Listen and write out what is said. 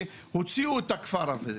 כך שהוציאו את הכפר הזה.